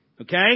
Okay